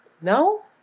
No